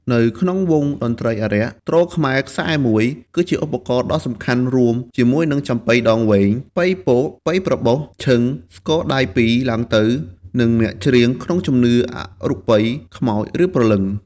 នៅក្នុងវង់តន្ត្រីអារក្ស ទ្រខ្មែរខ្សែ១ គឺជាឧបករណ៍ដ៏សំខាន់រួមជាមួយនឹងចាប៉ីដងវែង ប៉ីពក ប៉ីប្របុស ឈឹង ស្គរដៃពីរឡើងទៅ និងអ្នកច្រៀងក្នុងជំនឿអរូបី ខ្មោចឬព្រលឹង។